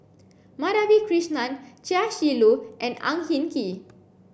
Madhavi Krishnan Chia Shi Lu and Ang Hin Kee